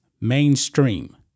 mainstream